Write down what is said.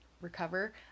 recover